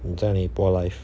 你在哪里播 live